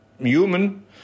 human